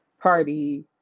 party